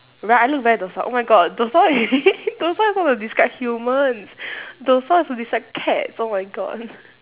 right I look very docile oh my god docile is docile is not to describe humans docile is to describe cats oh my god